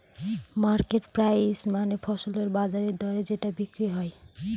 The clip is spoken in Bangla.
মার্কেট প্রাইস মানে ফসলের বাজার দরে যেটাতে বিক্রি করে